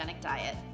diet